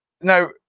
Now